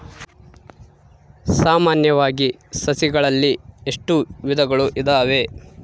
ಸಾಮಾನ್ಯವಾಗಿ ಸಸಿಗಳಲ್ಲಿ ಎಷ್ಟು ವಿಧಗಳು ಇದಾವೆ?